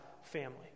family